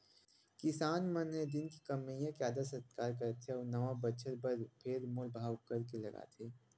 किसान मन ए दिन कमइया के आदर सत्कार करथे अउ नवा बछर बर फेर मोल भाव करके लगाथे